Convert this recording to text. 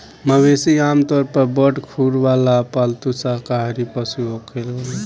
मवेशी आमतौर पर बड़ खुर वाला पालतू शाकाहारी पशु होलेलेन